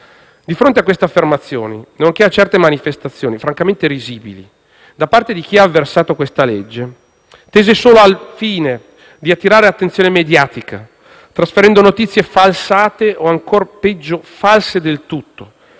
Di fronte a queste affermazioni nonché a certe manifestazioni francamente risibili da parte di chi ha avversato questa legge, tese solo al fine di attirare attenzione mediatica trasferendo notizie falsate o ancor peggio false del tutto,